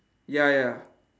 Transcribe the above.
ya ya